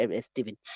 Stephen